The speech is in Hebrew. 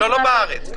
לא בארץ.